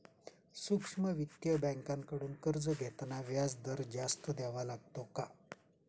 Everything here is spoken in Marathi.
सूक्ष्म वित्तीय बँकांकडून कर्ज घेताना व्याजदर जास्त द्यावा लागतो का?